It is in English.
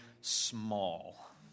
small